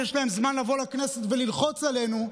שיש להם זמן לבוא לכנסת וללחוץ עלינו,